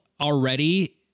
Already